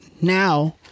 now